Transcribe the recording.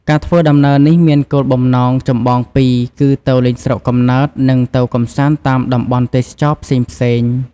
ការធ្វើដំណើរនេះមានគោលបំណងចម្បងពីរ គឺទៅលេងស្រុកកំណើត និងទៅកម្សាន្តតាមតំបន់ទេសចរណ៍ផ្សេងៗ។